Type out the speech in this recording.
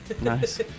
Nice